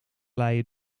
leien